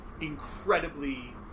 incredibly